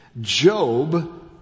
Job